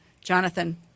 Jonathan